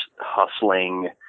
hustling